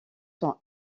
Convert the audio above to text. sont